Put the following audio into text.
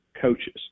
coaches